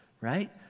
right